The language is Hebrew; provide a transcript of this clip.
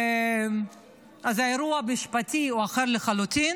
אז האירוע המשפטי הוא אחר לחלוטין.